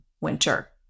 winter